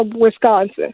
Wisconsin